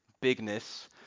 bigness